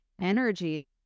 energy